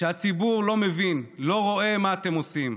שהציבור לא מבין, לא רואה מה אתם עושים.